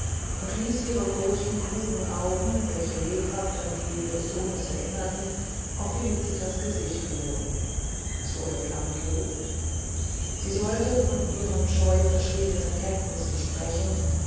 und ließ ihre großen klugen augen welche lebhaft an die ihres sohnes erinnerten auf felicitas gesicht ruhen es wurde flammend rot sie sollte von ihren scheu verschwiegenen kenntnissen sprechen